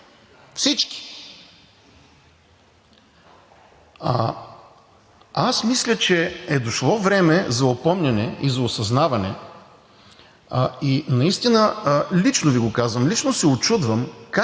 всички?! Аз мисля, че е дошло време за опомняне и за осъзнаване, и наистина лично Ви го казвам: лично се учудвам